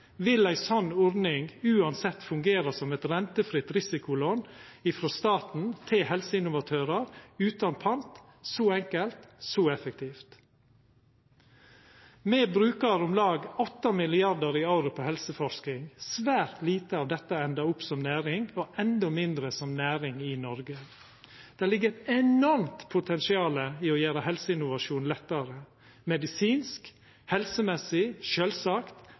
vil ei slik ordning uansett fungera som eit rentefritt risikolån frå staten til helseinnovatørar, utan pant. Så enkelt. Så effektivt. Me brukar om lag 8 mrd. kr i året på helseforsking. Svært lite av dette endar opp som næring – og endå mindre som næring i Noreg. Det ligg eit enormt potensial i å gjera helseinnovasjon lettare: medisinsk, helsemessig – sjølvsagt